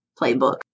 playbook